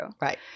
Right